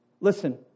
listen